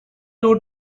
you